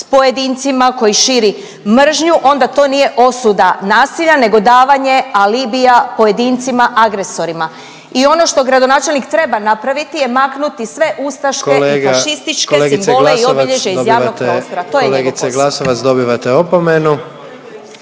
s pojedincima, koji širi mržnju, onda to nije osuda nasilja nego davanje alibija pojedincima agresorima. I ono što gradonačelnik treba napraviti je maknuti sve ustaške… …/Upadica predsjednik: Kolega, kolegice Glasovac dobivate…/… …i